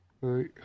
Right